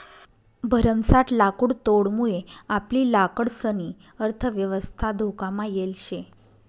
भरमसाठ लाकुडतोडमुये आपली लाकडंसनी अर्थयवस्था धोकामा येल शे